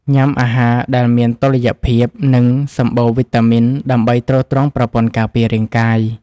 ញ៉ាំអាហារដែលមានតុល្យភាព និងសម្បូរវីតាមីន ដើម្បីទ្រទ្រង់ប្រព័ន្ធការពាររាងកាយ។